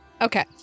Okay